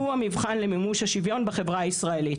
שהוא המבחן למימוש השוויון בחברה הישראלית,